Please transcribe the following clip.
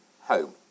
home